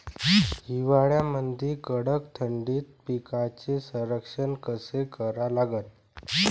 हिवाळ्यामंदी कडक थंडीत पिकाचे संरक्षण कसे करा लागन?